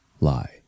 lie